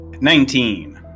Nineteen